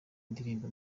indirimbo